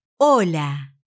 Hola